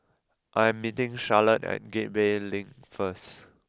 I am meeting Charolette at Gateway Link first